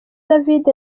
david